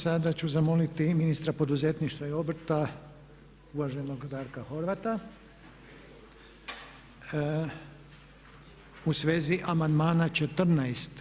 Sada ću zamoliti ministra poduzetništva i obrta uvaženog Darka Horvata u svezi amandmana 14.